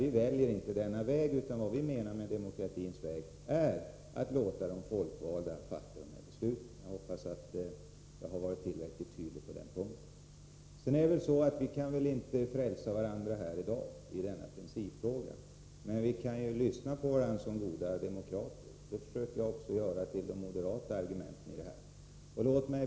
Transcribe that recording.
Vi väljer inte denna väg, utan vad vi menar med demokratins väg är att man låter de folkvalda fatta dessa beslut. Jag hoppas att jag har varit tillräckligt tydlig på den punkten. Vi kan väl inte frälsa varandra här i dag när det gäller denna principfråga, men vi kan ju lyssna på varandra som goda demokrater. Jag försöker lyssna också på de moderata argumenten i detta sammanhang.